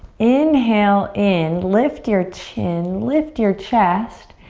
inhale in, lift your chin, lift your chest.